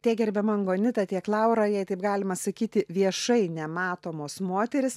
tiek gerbiama angonita tiek laura jei taip galima sakyti viešai nematomos moterys